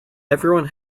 everyone